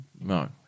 no